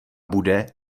bude